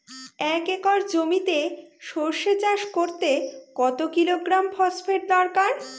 এক একর জমিতে সরষে চাষ করতে কত কিলোগ্রাম ফসফেট দরকার?